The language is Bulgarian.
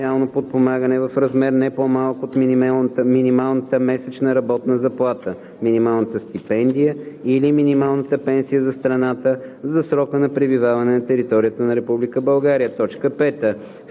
социално подпомагане, в размер, не по-малък от минималната месечна работна заплата, минималната стипендия или минималната пенсия за страната, за срока на пребиваване на територията на